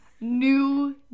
New